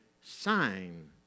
sign